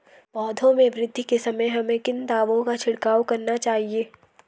पौधों में वृद्धि के समय हमें किन दावों का छिड़काव करना चाहिए?